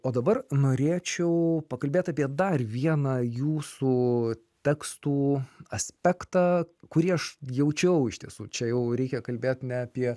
o dabar norėčiau pakalbėt apie dar vieną jūsų tekstų aspektą kurį aš jaučiau iš tiesų čia jau reikia kalbėt ne apie